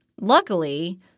luckily